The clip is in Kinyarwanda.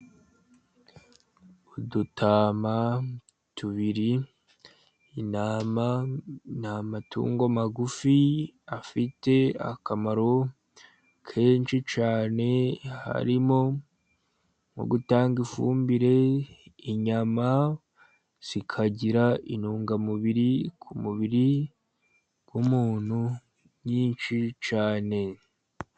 Udutama tubiri, intama ni amatungo magufi afite akamaro kenshi cyane, harimo mu gutanga ifumbire, inyama, zikagira intungamubiri ku mubiri w'umuntu nyinshi cyane.